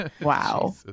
Wow